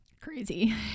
Crazy